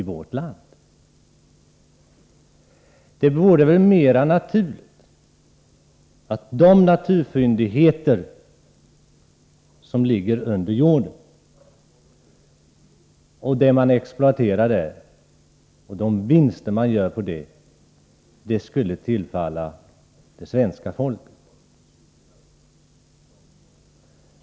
Det vore mer naturligt att de vinster man gör på naturfyndigheter som exploateras under jord skulle tillfalla det svenska folket.